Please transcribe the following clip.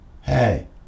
hey